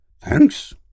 Thanks